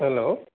hello